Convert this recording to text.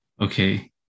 Okay